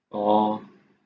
orh